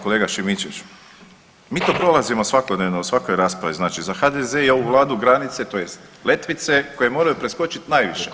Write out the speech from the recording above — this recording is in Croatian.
Kolega Šimičević, mi to prolazimo svakodnevno u svakoj raspravi, znači za HDZ i ovu vladu granice tj. letvice koje moraju preskočit najviše.